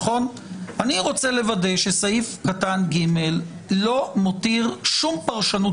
אני רוצה לוודא שסעיף קטן (ג) לא מותיר שום פרשנות